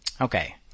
okay